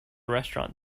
restaurant